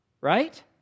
right